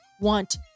want